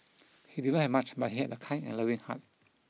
he did not have much but he had a kind and loving heart